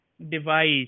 device